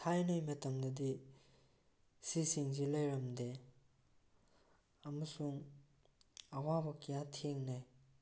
ꯊꯥꯏꯅꯒꯤ ꯃꯇꯝꯗꯗꯤ ꯁꯤꯁꯤꯡꯁꯤ ꯂꯩꯔꯝꯗꯦ ꯑꯃꯁꯨꯡ ꯑꯋꯥꯕ ꯀꯌꯥ ꯊꯦꯡꯅꯩ